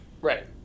Right